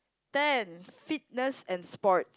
ten fitness and sport